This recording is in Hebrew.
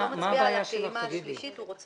הוא לא מצביע על הפעימה השלישית.